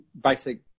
basic